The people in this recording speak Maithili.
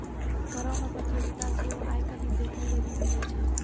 करो मे प्रतियोगिता सेहो आइ काल्हि देखै लेली मिलै छै